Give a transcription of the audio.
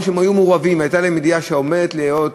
או שהיו מעורבים והייתה להם ידיעה שעומדים להיות